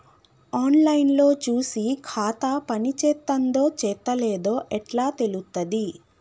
On line లో చూసి ఖాతా పనిచేత్తందో చేత్తలేదో ఎట్లా తెలుత్తది?